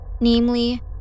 namely